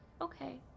Okay